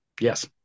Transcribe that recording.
yes